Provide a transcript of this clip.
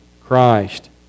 Christ